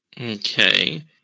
Okay